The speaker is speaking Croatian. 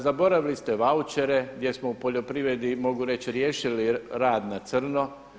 Zaboravili ste vaučere gdje smo u poljoprivredi, mogu reći riješili rad na crno.